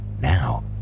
Now